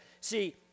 see